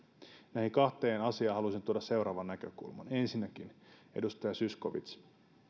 näihin kahteen asiaan haluaisin tuoda seuraavan näkökulman ensinnäkin edustaja zyskowicz